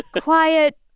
quiet